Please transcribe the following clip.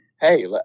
hey